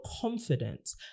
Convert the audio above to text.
confidence